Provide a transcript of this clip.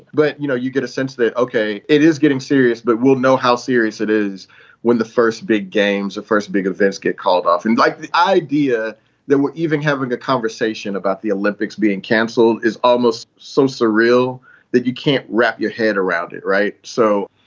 but, you know, you get a sense that, ok, it is getting serious, but we'll know how serious it is when the first big games, the first big events get called off. and like the idea that we're even having a conversation about the olympics being cancelled is almost so surreal that you can't wrap your head around it. right. so,